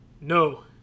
no